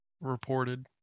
reported